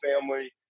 family